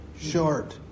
short